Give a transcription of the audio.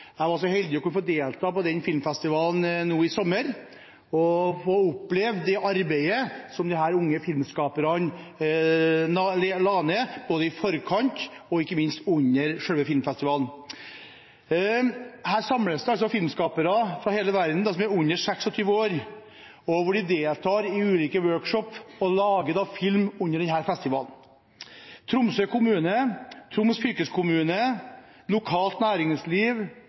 Jeg var så heldig å få delta på den filmfestivalen i sommer og fikk oppleve det arbeidet som disse unge filmskaperne la ned, både i forkant og ikke minst under selve filmfestivalen. Der samles det filmskapere som er under 26 år, fra hele verden. De deltar i ulike workshops og lager film under festivalen. Tromsø kommune, Troms fylkeskommune, lokalt næringsliv